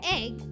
egg